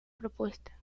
propuesta